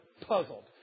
puzzled